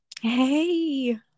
Hey